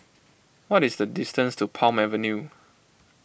what is the distance to Palm Avenue